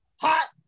hot